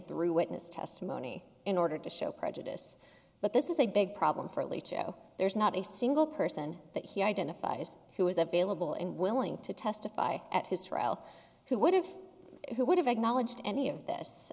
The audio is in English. through witness testimony in order to show prejudice but this is a big problem for alito there's not a single person that he identifies who is available and willing to testify at his trial who would have who would have acknowledged any of this